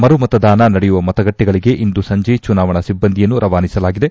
ಮರುಮತದಾನ ನಡೆಯುವ ಮತಗಟ್ಟೆಗಳಗೆ ಇಂದು ಸಂಜೆ ಚುನಾವಣಾ ಸಿಬ್ದಂದಿಯನ್ನು ರವಾನಿಸಲಾಗಿದೆ